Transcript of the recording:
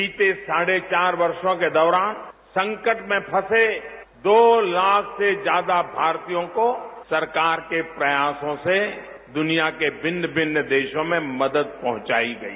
बीते साढ़े चार वर्षो के दौरान संकट में फंसे दो लाख से ज्यादा भारतीयों को सरकार के प्रयासों से दूनिया के भिन्न भिन्न देशों में मदद पहुंचाई गई